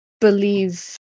believe